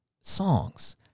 songs